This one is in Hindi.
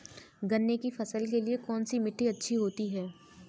गन्ने की फसल के लिए कौनसी मिट्टी अच्छी होती है?